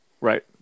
right